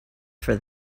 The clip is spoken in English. for